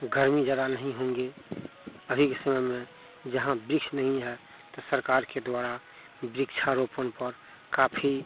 गर्मी ज़्यादा नहीं होगी अभी के समय में जहाँ वृक्ष नहीं है तो सरकार के द्वारा वृक्षारोपण पर काफी